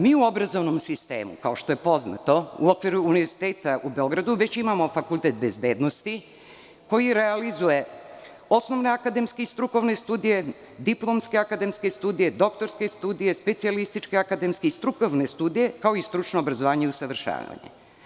Mi u obrazovnom sistemu, kao što je poznato, u okviru Univerziteta u Beogradu već imamo Fakultet bezbednosti, koji realizuje osnovne akademske i strukovne studije, diplomske akademske studije, doktorske studije, specijalističke akademske i strukovne studije, kao i stručno obrazovanje i usavršavanje.